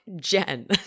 Jen